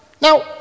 Now